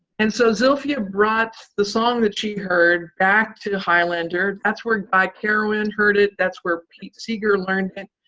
and so zilphia brought the song that she heard back to highlander. that's where guy carawan heard it. that's where pete seeger learned it.